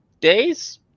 days